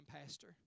pastor